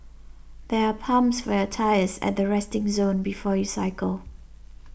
there are pumps for your tyres at the resting zone before you cycle